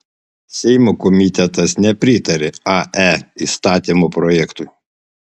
seimo komitetas nepritarė ae įstatymo projektui